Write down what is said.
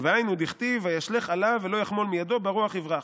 "והיינו דכתיב 'וישלך עליו ולא יחמל מידו ברוח יברח'".